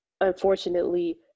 unfortunately